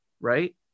right